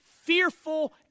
fearful